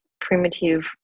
primitive